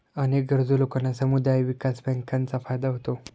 अनेक गरजू लोकांना समुदाय विकास बँकांचा फायदा होतो